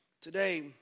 Today